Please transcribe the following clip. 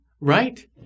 right